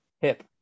hip